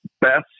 best